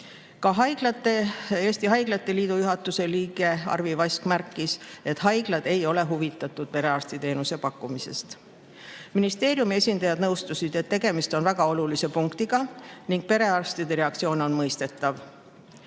Ka Eesti Haiglate Liidu juhatuse liige Arvi Vask märkis, et haiglad ei ole huvitatud perearstiteenuse pakkumisest. Ministeeriumi esindajad nõustusid, et tegemist on väga olulise punktiga ning perearstide reaktsioon on mõistetav.